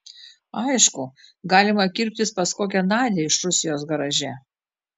aišku galima kirptis pas kokią nadią iš rusijos garaže